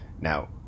Now